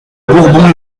bourbon